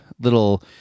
little